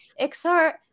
XR